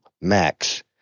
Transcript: max